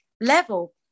level